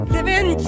Living